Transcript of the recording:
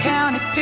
County